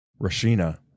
Rashina